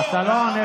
הוא דיבר בערבית פה.